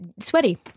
sweaty